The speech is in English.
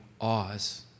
Oz